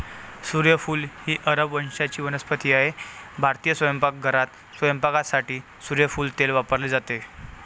सूर्यफूल ही अरब वंशाची वनस्पती आहे भारतीय स्वयंपाकघरात स्वयंपाकासाठी सूर्यफूल तेल वापरले जाते